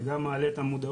זה גם מעלה את המודעות,